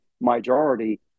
majority